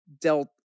dealt